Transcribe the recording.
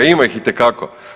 Ima ih itekako.